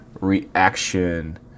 reaction